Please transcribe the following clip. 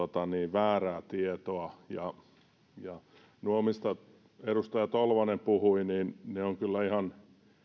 väärää tietoa ja nuo asiat mistä edustaja tolvanen puhui ovat kyllä ihan